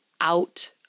out